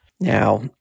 Now